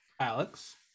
Alex